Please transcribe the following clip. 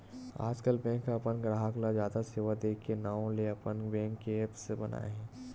आजकल बेंक ह अपन गराहक ल जादा सेवा दे के नांव ले अपन बेंक के ऐप्स बनाए हे